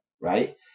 right